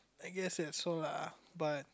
I guess also lah but